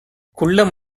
குள்ள